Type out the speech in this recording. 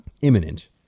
imminent